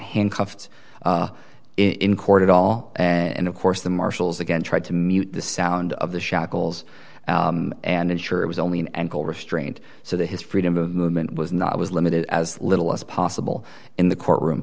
handcuffed in court at all and of course the marshals again tried to mute the sound of the shackles and ensure it was only an ankle restraint so that his freedom of movement was not was limited as little as possible in the